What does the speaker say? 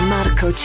Marco